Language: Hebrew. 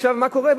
עכשיו, מה קורה?